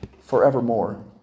forevermore